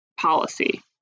policy